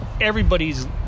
everybody's